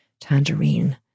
tangerine